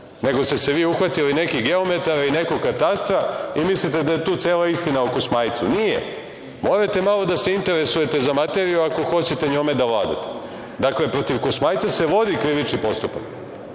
nego ste se vi uhvatili nekih geometra i nekog katastra i mislite da je tu cela istina o Kosmajcu. Nije. Morate malo da se interesujete za materiju ako hoćete njome da vladate. Dakle, protiv Kosmajca se vodi krivični postupak.